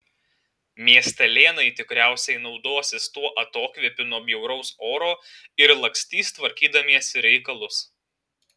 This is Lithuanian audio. miestelėnai tikriausiai naudosis tuo atokvėpiu nuo bjauraus oro ir lakstys tvarkydamiesi reikalus